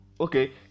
Okay